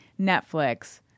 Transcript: Netflix